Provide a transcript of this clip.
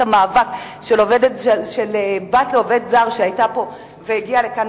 מאבק של בת לעובד זר שהיתה פה והגיעה לכאן,